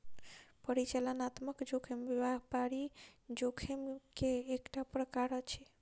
परिचालनात्मक जोखिम व्यापारिक जोखिम के एकटा प्रकार अछि